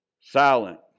Silent